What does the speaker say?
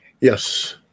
Yes